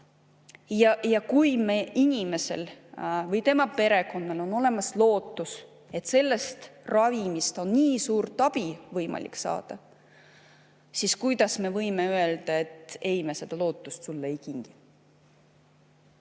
Ja kui inimesel või tema perekonnal on olemas lootus, et sellest ravimist on võimalik saada nii suurt abi, siis kuidas me võime öelda, et ei, me seda lootust sulle ei kingi?